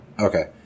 Okay